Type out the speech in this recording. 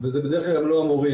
זה בדרך כלל גם לא המורים.